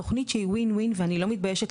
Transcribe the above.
תוכנית שהיא WIN-WIN ואני לא מתביישת